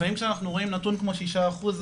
לפעמים כשאנחנו רואים נתון כמו שישה אחוז,